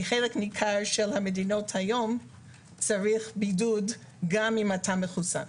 כי בחלק ניכר מהמדינות צריך בידוד גם אם אתה מחוסן.